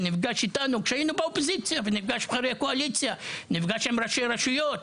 שנפגש איתנו כשהיינו בקואליציה ונפגש עם ראשי רשויות.